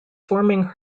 forming